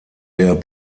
der